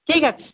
ঠিক আছে